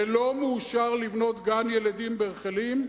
ולא מאושר לבנות גן-ילדים ברחלים,